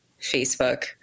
Facebook